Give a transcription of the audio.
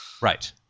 Right